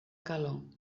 calor